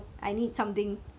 mm